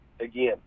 again